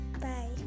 Bye